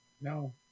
No